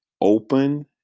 open